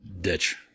ditch